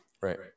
Right